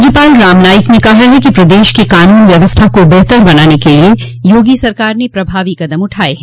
राज्यपाल राम नाईक ने कहा है कि प्रदेश के कानून व्यवस्था को बेहतर बनाने के लिए योगी सरकार ने प्रभावी कदम उठाये हैं